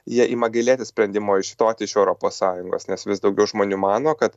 jie ima gailėtis sprendimo išstoti iš europos sąjungos nes vis daugiau žmonių mano kad